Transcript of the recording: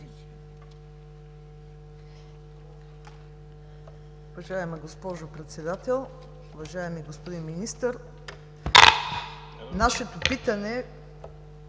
Уважаема госпожо Председател, уважаеми господин Министър! Нашето питане